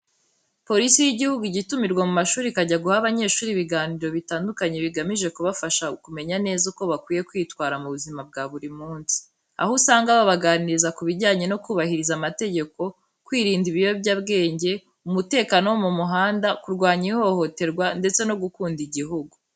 Polisi y'igihugu ijya itumirwa mu mashuri ikajya guha abanyeshuri ibiganiro bitandukanye bigamije kubafasha kumenya neza uko bakwiye kwitwara mu buzima bwa buri munsi. Aho usanga babaganiriza ku bijyanye no kubahiriza amategeko, kwirinda ibiyobyabwenge, umutekano wo mu muhanda, kurwanya ihohoterwa, ndetse no gukunda igihugu.